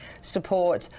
support